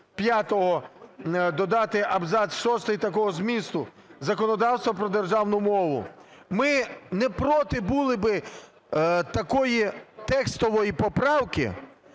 додати абзац шостий такого змісту: "законодавства про державну мову". Ми не проти були би такої текстової поправки,